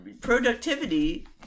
productivity